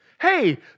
Hey